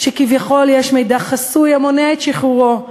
שכביכול יש מידע חסוי המונע את שחרורו,